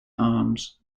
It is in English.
arms